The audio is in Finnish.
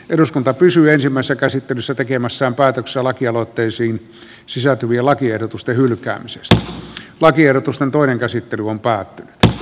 eduskunta pysyä samassa käsittelyssä tekemänsä päätöksen lakialoitteisiin sisältyviä lakiehdotusten hylkäämiseksi vai tiedotusta toinen käsittely on pää kii